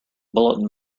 bulletin